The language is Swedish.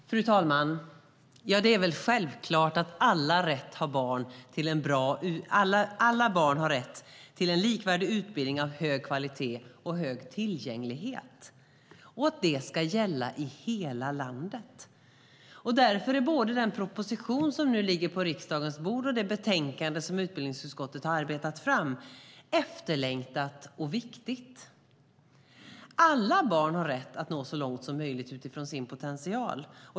Fru talman! Det är väl självklart att alla barn har rätt till likvärdig utbildning av hög kvalitet och med hög tillgänglighet och att detta ska gälla i hela landet. Därför är både den proposition som nu ligger på riksdagens bord och det betänkande som utbildningsutskottet arbetat fram efterlängtade och viktiga. Alla barn har rätt att nå så långt som möjligt utifrån sin potential.